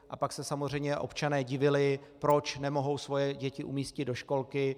A pak se samozřejmě občané divili, proč nemohou svoje děti umístit do školky.